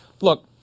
Look